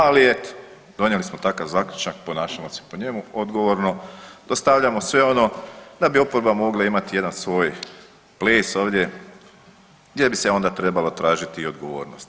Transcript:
Ali eto donijeli smo takav zaključak, ponašamo se po njemu odgovorno, dostavljamo sve ono da bi oporba mogla imati jedan svoj ples ovdje, gdje bi se onda trebala tražiti i odgovornost.